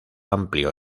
amplio